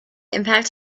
impact